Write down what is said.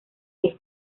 que